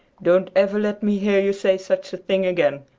don't ever let me hear you say such a thing again.